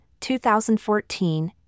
2014